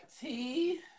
Tea